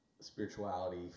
spirituality